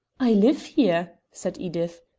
i live here, said edith.